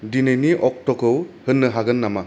दिनैनि अक्ट'खौ होननो हागोन नामा